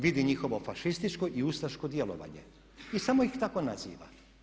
Vidi njihovo fašističko i ustaško djelovanje i samo ih tako naziva.